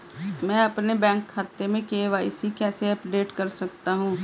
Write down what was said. मैं अपने बैंक खाते में के.वाई.सी कैसे अपडेट कर सकता हूँ?